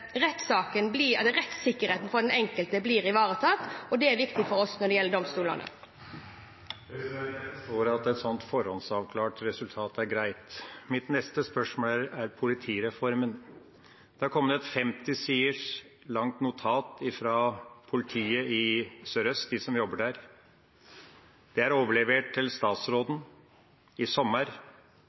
enkelte blir ivaretatt. Det er viktig for oss når det gjelder domstolene. Jeg forstår at et sånt forhåndsavklart resultat er greit. Mitt neste spørsmål gjelder politireformen. Det er kommet et 50 sider langt notat fra dem som jobber i politiet i Sør-Øst. Det ble overlevert til statsråden i sommer.